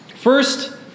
First